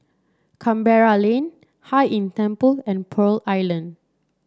Canberra Lane Hai Inn Temple and Pearl Island